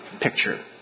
picture